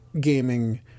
gaming